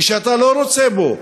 כשאתה לא רוצה בו.